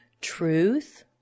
truth